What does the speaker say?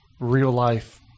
real-life